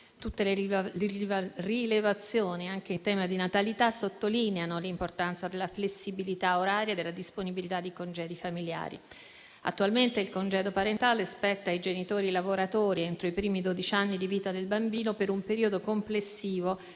Tutte le rilevazioni, anche in tema di natalità, sottolineano l'importanza della flessibilità oraria e della disponibilità di congedi familiari. Attualmente il congedo parentale spetta ai genitori lavoratori entro i primi dodici anni di vita del bambino, per un periodo complessivo